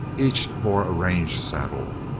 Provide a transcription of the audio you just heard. each bore a range saddle.